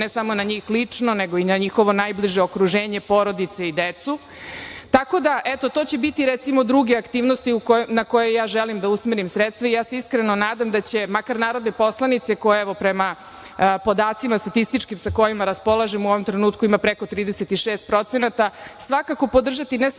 ne samo na njih lično, nego i na njihovo najbliže okruženje, porodicu i decu. Tako da, eto, to će biti, recimo, druge aktivnosti na koje ja želim da usmerim sredstva. Ja se iskreno nadam da će makar narodne poslanice, kojih, evo, prema podacima statističkim sa kojima raspolažemo u ovom trenutku ima preko 36% svakako podržati ne samo